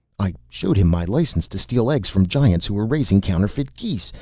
i showed him my license to steal eggs from giants who were raising counterfeit geese,